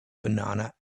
banana